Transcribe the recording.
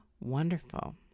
wonderful